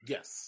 Yes